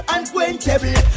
Unquenchable